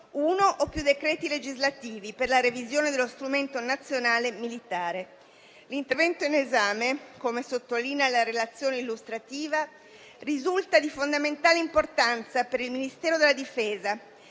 uno o più decreti legislativi per la revisione dello strumento nazionale militare. L'intervento in esame, come sottolinea la relazione illustrativa, risulta di fondamentale importanza per il Ministero della difesa